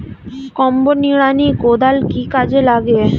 Combo নিড়ানি কোদাল কি কাজে লাগে?